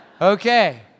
Okay